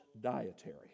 dietary